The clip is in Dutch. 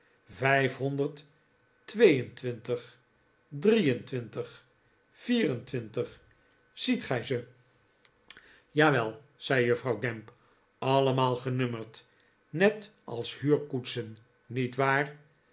vijfhonderd twee en twintig drie en twintig vier en twintig ziet gij ze jawel zei juffrtmw gamp allemaal genummerd net als huurkoetsen niet waar